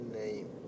name